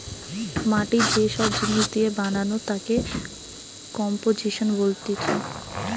মাটি যে সব জিনিস দিয়ে বানানো তাকে কম্পোজিশন বলতিছে